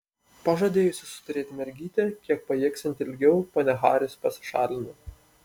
pažadėjusi suturėti mergytę kiek pajėgsianti ilgiau ponia haris pasišalino